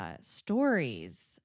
stories